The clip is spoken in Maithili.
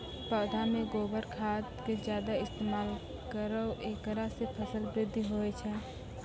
पौधा मे गोबर खाद के ज्यादा इस्तेमाल करौ ऐकरा से फसल बृद्धि होय छै?